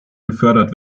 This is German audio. gefördert